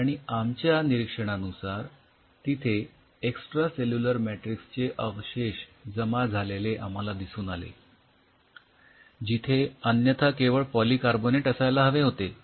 आणि आमच्या निरीक्षणानुसार तिथे एक्सट्रा सेल्युलर मॅट्रिक्स चे अवशेष जमा झालेले आम्हाला दिसून आले जिथे अन्यथा केवळ पॉलीकार्बोनेट असायला हवे होते